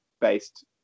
based